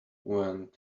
when